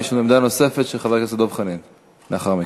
לאחר מכן,